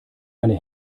meine